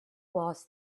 was